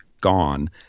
gone